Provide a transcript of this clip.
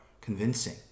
convincing